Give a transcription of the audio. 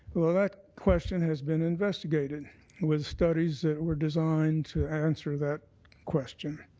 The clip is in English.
well, that question has been investigated with studies that were designed to answer that question.